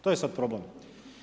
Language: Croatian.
To je sad problem.